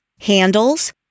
handles